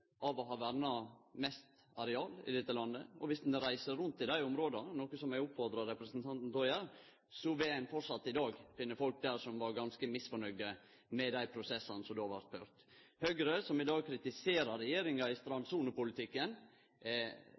av å ha verna mest areal i dette landet. Dersom ein reiser rundt i dei områda, noko som eg oppfordrar representanten til å gjere, vil ein framleis i dag finne folk der som var ganske misfornøgde med dei prosessane som då blei førte. Den førre regjeringa, med Høgre, som i dag kritiserer regjeringa i strandsonepolitikken,